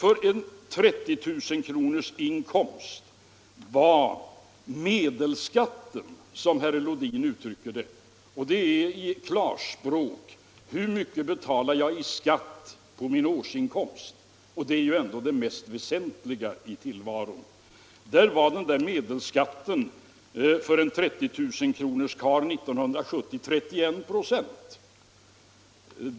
Professor Lodin använder uttrycket ”medelskatten”, som i klarspråk är detsamma som hur mycket man betalar i skatt på sin årsinkomst, och det är ändå det mest väsentliga måttet. Denna medelskatt var för en 30 000-kronorsinkomst år 1970 31 26.